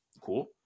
Cool